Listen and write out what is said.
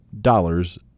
dollars